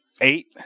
Eight